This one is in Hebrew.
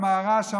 המהר"ש,